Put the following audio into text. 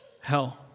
hell